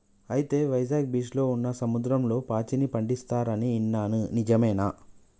అయితే వైజాగ్ బీచ్లో ఉన్న సముద్రంలో పాచిని పండిస్తారు అని ఇన్నాను నిజమేనా